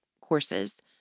courses